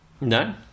no